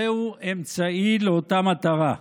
הן אמצעי לאותה מטרה,